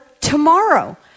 tomorrow